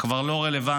כבר לא רלוונטית